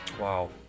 Wow